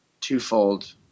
twofold